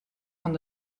van